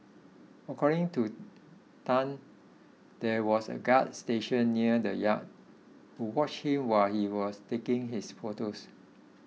according to Tan there was a guard stationed near the yacht who watched him while he was taking his photos